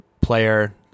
player